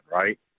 right